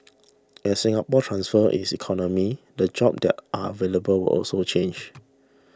as Singapore transfer its economy the jobs that are available will also change